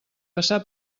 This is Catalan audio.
passar